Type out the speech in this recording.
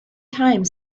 time